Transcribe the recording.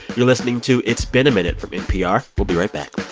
you're listening to it's been a minute from npr. we'll be right back